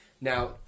Now